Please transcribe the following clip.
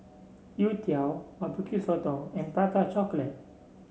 youtiao bbq sotong and Prata Chocolate